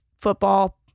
football